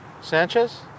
Sanchez